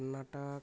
Karnataka